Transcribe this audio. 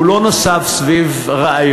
הוא לא נסב על רעיון,